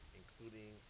including